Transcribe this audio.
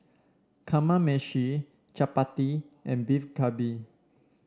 Kamameshi Chapati and Beef Galbi